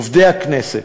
לעובדי הכנסת,